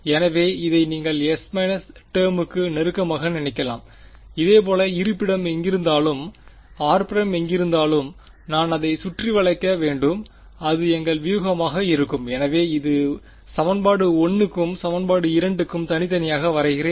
எனவே இதை நீங்கள் S− டெர்முக்கு க்கு நெருக்கமாக நினைக்கலாம் இதேபோல் இருப்பிடம் எங்கிருந்தாலும் r′ எங்கிருந்தாலும் நான் அதைச் சுற்றி வளைக்க வேண்டும் அது எங்கள் வியூகமாக இருக்கும் எனவே இது சமன்பாடு 1 க்கும் சமன்பாடு 2 க்கும் தனித்தனியாக வரைகிறேன்